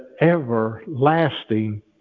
everlasting